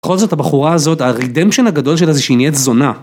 בכל זאת הבחורה הזאת, הרידמפשן הגדול שלה זה שהיא נהיית זונה.